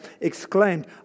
exclaimed